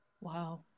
Wow